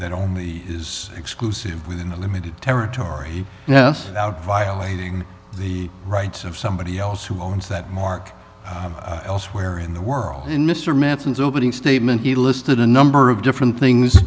that is exclusive within a limited territory yes out violating the rights of somebody else who owns that mark elsewhere in the world in mr manson's opening statement he listed a number of different things